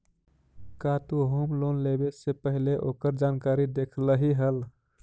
का तु home loan लेवे से पहिले ओकर जानकारी देखलही हल?